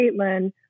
Caitlin